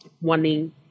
wanting